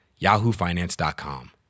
yahoofinance.com